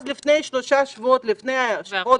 לפני שלושה שבועות, לפני חודש,